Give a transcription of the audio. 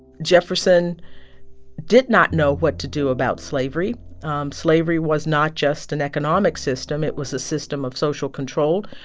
jefferson did not know what to do about slavery um slavery was not just an economic system. it was a system of social control.